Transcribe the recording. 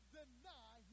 deny